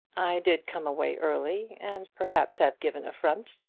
i did come away early, and perhaps have given affront.